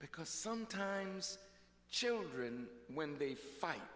because sometimes children when they fight